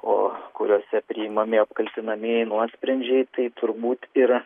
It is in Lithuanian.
o kuriuose priimami apkaltinamieji nuosprendžiai tai turbūt yra